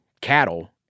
cattle